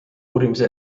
uurimise